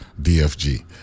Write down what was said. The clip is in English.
DFG